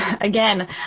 again